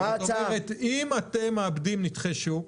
זאת אומרת, אם אתם מאבדים נתחי שוק,